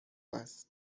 است